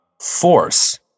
force